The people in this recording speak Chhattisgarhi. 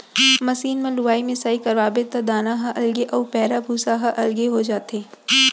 मसीन म लुवाई मिसाई करवाबे त दाना ह अलगे अउ पैरा भूसा ह अलगे हो जाथे